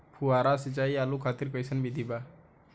फुहारा सिंचाई आलू खातिर कइसन विधि बा?